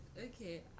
okay